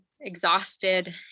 exhausted